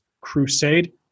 crusade